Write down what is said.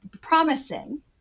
promising